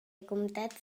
comptats